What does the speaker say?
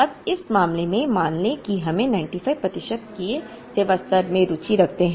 अब इस मामले में मान लें कि हम 95 प्रतिशत के सेवा स्तर में रुचि रखते हैं